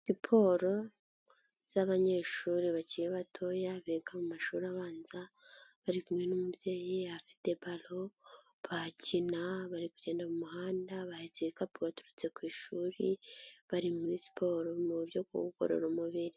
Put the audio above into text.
Siporo z'abanyeshuri bakiri batoya biga mu mashuri abanza, bari kumwe n'umubyeyi afite balo barakina bari kugenda mu muhanda, bahetse ibikapu baturutse ku ishuri, bari muri siporo mu buryo bwo kugorora umubiri.